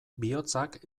bihotzak